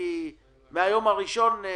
מהיום הראשון אני